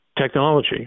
technology